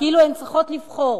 כאילו הן צריכות לבחור